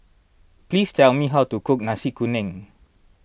please tell me how to cook Nasi Kuning